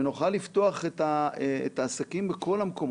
ונוכל לפתוח את העסקים בכל המקומות,